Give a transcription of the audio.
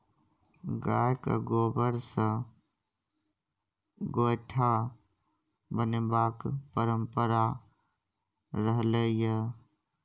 गायक गोबर सँ गोयठा बनेबाक परंपरा रहलै यै